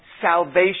salvation